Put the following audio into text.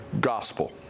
Gospel